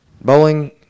bowling